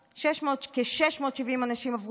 כ-670 אנשים עברו למיתר,